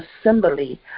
assembly